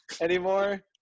Anymore